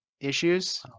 issues